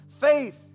Faith